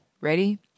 Ready